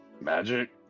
magic